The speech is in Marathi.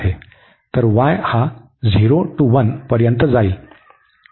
तर y हा 0 ते 1 पर्यंत जाईल